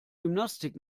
gymnastik